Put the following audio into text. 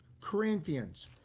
Corinthians